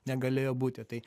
negalėjo būti tai